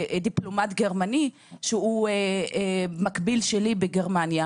דיפלומט גרמני המקביל שלי בגרמניה,